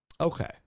Okay